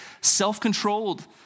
self-controlled